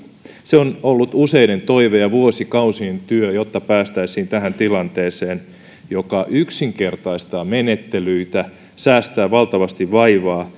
on ollut useiden toive ja vuosikausien työ että päästäisiin tähän tilanteeseen joka yksinkertaistaa menettelyitä säästää valtavasti vaivaa